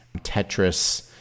Tetris